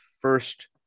first